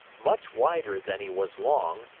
much wider than he was long,